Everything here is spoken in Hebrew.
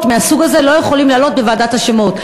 מהסוג הזה לא יכולים לעלות בוועדת השמות.